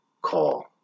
call